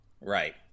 Right